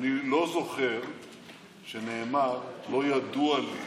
אני לא זוכר שנאמר: לא ידוע לי לי.